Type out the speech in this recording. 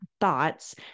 thoughts